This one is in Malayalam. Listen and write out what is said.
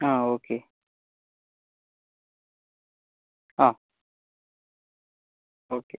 ആ ഓക്കെ ആ ഓക്കെ